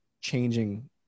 changing